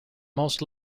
most